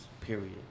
Period